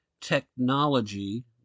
technology